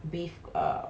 yes